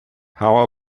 how